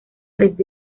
desde